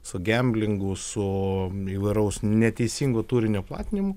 su gemblingu su įvairaus neteisingo turinio platinimu